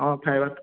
অঁ ফাইবাৰ